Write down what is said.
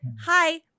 hi